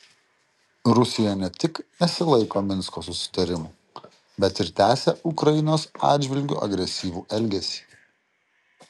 rusija ne tik nesilaiko minsko susitarimų bet ir tęsia ukrainos atžvilgiu agresyvų elgesį